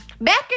Back